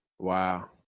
Wow